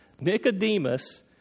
Nicodemus